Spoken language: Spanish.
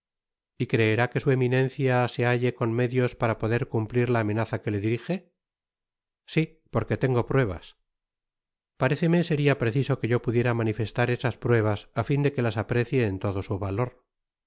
y creerá que su eminencia se halle con medios para poder cumplir la amenaza que le dirije si porque tengo pruebas paréceme seria preciso que yo pudiera manifestar esas pruebas á fin de que las aprecie en todo su valor